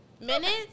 Minutes